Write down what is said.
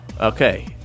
Okay